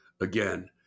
Again